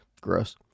Gross